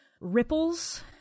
ripples